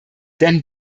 denn